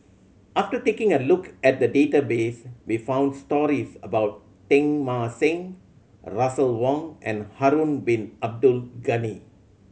after taking a look at the database we found stories about Teng Mah Seng Russel Wong and Harun Bin Abdul Ghani